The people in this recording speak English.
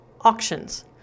Auctions